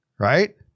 right